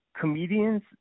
comedians